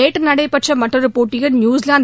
நேற்று நடைபெற்ற மற்றொரு போட்டியில் நியூசிலாந்து